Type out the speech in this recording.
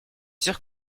sûr